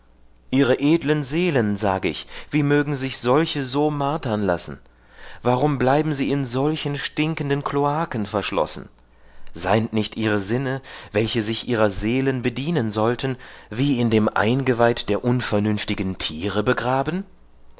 ihre edle seelen sage ich wie mögen sich solche so martern lassen warum bleiben sie in solchen stinkenden kloaken verschlossen seind nicht ihre sinne welcher sich ihre seelen bedienen sollten wie in dem eingeweid der unvernünftigen tiere begraben